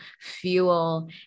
fuel